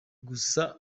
gusa